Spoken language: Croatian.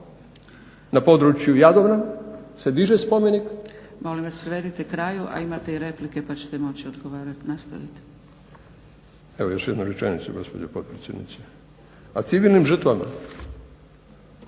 na području Jadovna se diže spomenik